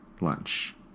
lunch